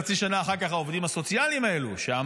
חצי שנה אחר כך העובדים הסוציאליים האלה,